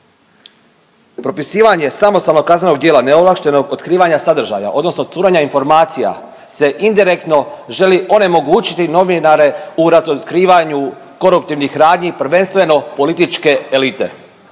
propisivanje samostalnog kaznenog djela neovlaštenog otkrivanja sadržaja odnosno curenja informacija se indirektno želi onemogućiti novinare u razotkrivanju koruptivnih radnji prvenstveno političke elite.